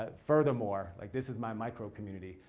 ah furthermore, like this is my micro-community.